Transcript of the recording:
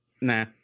nah